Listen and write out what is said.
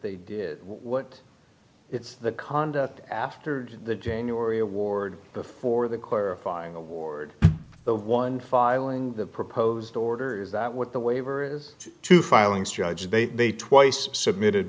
they did what it's the conduct after the january award before the clarifying award the one filing the proposed order is that what the waiver is to filings judge they submitted